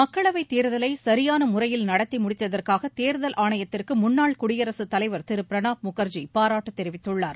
மக்களவைத் தேர்தலை சரியான முறையில் நடத்தி முடித்ததற்காக தேர்தல் ஆணையத்திற்கு முன்னாள் குடியரசு தலைவர் திரு பிரணாப் முகர்ஜி பாராட்டு தெரிவித்துள்ளார்